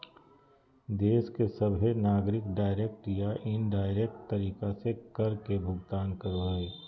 देश के सभहे नागरिक डायरेक्ट या इनडायरेक्ट तरीका से कर के भुगतान करो हय